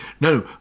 No